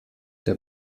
der